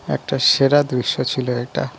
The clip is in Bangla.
একটা সেরা দৃশ্য ছিল একটা